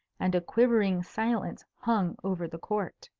and a quivering silence hung over the court.